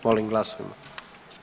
Molim glasujmo.